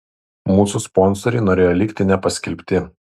mūsų sponsoriai norėjo likti nepaskelbti